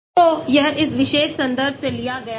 तो यह इस विशेष संदर्भ से लिया गया है